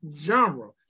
genre